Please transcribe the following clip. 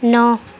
نو